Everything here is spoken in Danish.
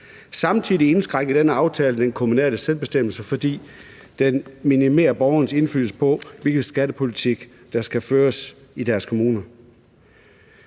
Samtidig indskrænker denne aftale den kommunale selvbestemmelse, fordi den minimerer borgernes indflydelse på, hvilken skattepolitik der skal føres i deres kommuner.